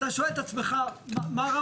אתה שואל את עצמך מה רע